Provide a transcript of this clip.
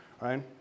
right